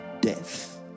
death